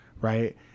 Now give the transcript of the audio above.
right